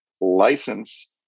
license